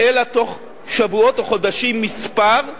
אלא בתוך שבועות או חודשים מספר,